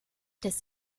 des